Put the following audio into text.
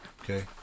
okay